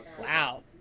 Wow